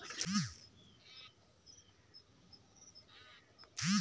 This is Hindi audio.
खाते से मोबाइल नंबर कैसे जोड़ें?